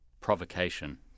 provocation